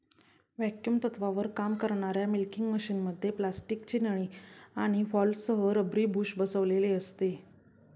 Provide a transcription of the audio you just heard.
vacuum तत्त्वावर काम करणाऱ्या मिल्किंग मशिनमध्ये प्लास्टिकची नळी आणि व्हॉल्व्हसह रबरी बुश बसविलेले असते